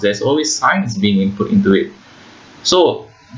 there's always science being put into it so